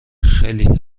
خیلی